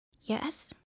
Yes